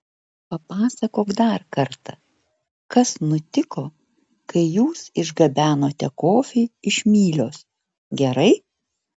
papasakok dar kartą kas nutiko kai jūs išgabenote kofį iš mylios gerai